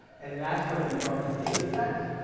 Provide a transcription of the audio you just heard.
and that's going to be from a dataset.